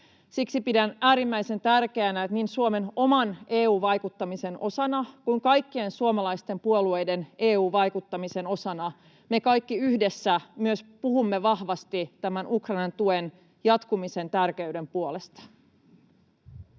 Siksi pidän äärimmäisen tärkeänä niin Suomen oman EU-vaikuttamisen osana kuin kaikkien suomalaisten puolueiden EU-vaikuttamisen osana, että me kaikki yhdessä myös puhumme vahvasti tämän Ukrainan tuen jatkumisen tärkeyden puolesta.